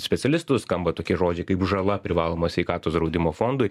specialistus skamba tokie žodžiai kaip žala privalomo sveikatos draudimo fondui